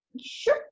Sure